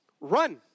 run